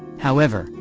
however,